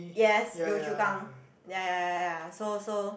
yes Yio-Chu-Kang ya ya ya ya so so